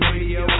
Radio